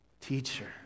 teacher